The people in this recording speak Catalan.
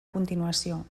continuació